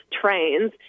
trains